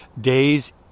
days